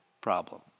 problem